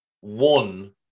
one